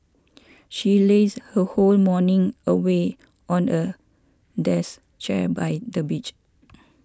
she lazed her whole morning away on a desk chair by the beach